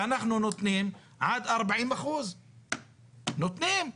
אנחנו נותנים עד 40%. נותנים.